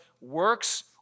works